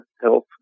health